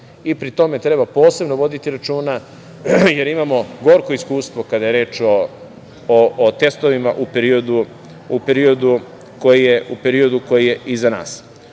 i pri tome treba posebno voditi računa, jer imamo gorko iskustvo kada je reč o testovima u periodu koji je iza